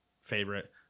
favorite